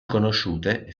conosciute